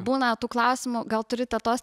būna tų klausimų gal turi tetos